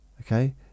okay